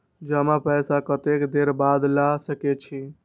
जमा पैसा कतेक देर बाद ला सके छी?